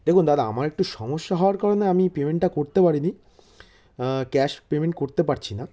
দেখুন দাদা আমার একটু সমস্যা হওয়ার কারণে আমি পেমেন্টটা করতে পারিনি ক্যাশ পেমেন্ট করতে পারছি না